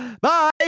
bye